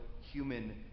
human